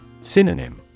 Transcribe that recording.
Synonym